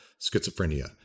schizophrenia